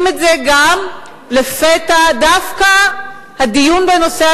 גם כן להתקפות שהיו אפילו על נבחרי ציבור,